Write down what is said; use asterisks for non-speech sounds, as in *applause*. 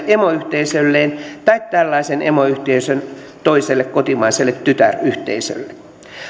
*unintelligible* emoyhteisölleen tai tällaisen emoyhteisön toiselle kotimaiselle tytär yhteisölle